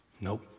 Nope